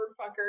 fucker